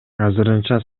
азырынча